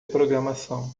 programação